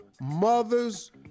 mothers